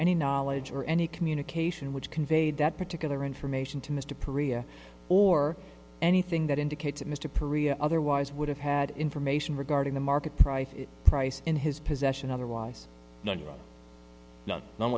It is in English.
any knowledge or any communication which conveyed that particular information to mr perea or anything that indicates that mr perea otherwise would have had information regarding the market profit price in his possession otherwise none none